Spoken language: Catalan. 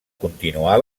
continuar